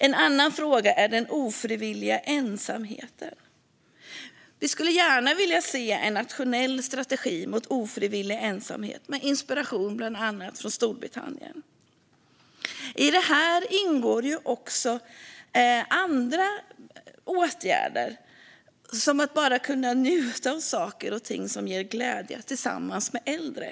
En annan fråga är den ofrivilliga ensamheten. Vi skulle gärna se en nationell strategi mot ofrivillig ensamhet med inspiration från bland annat Storbritannien. I detta ingår även åtgärder för att äldre ska kunna njuta av saker och ting som ger glädje tillsammans med andra.